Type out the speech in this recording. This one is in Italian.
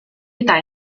età